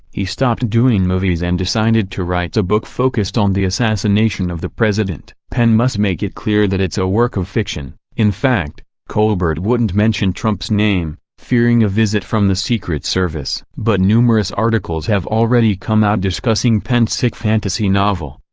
he stopped doing movies and decided to write a book focused on the assassination of the president. penn must make it clear that it's a work of fiction. in fact, colbert wouldn't mention trump's name, fearing a visit from the secret service. but numerous articles have already come out discussing penn's sick fantasy novel,